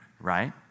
right